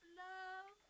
love